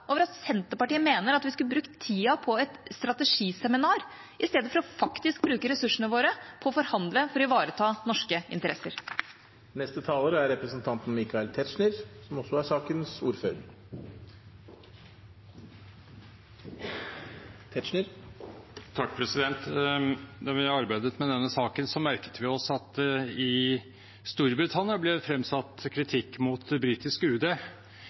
over at Senterpartiet mener at vi skulle brukt tida på et strategiseminar i stedet for å bruke ressursene våre på å forhandle for å ivareta norske interesser. Da vi arbeidet med denne saken, merket vi oss at det i Storbritannia ble fremsatt kritikk mot britisk UD fordi de skulle forhandle 30 provisoriske avtaler med dette reservepreget – vi har 4 i dag – for Norges vedkommende, og britisk UD